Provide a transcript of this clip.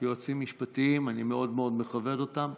יועצים משפטיים, אני מאוד מאוד מכבד אותם.